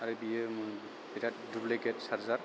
आरो बियो बेराद दुब्लिकेट चारजार